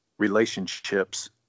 Relationships